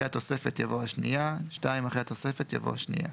אחרי "התוספת" יבוא "השנייה"; (2)אחרי "התוספת" יבוא "השנייה".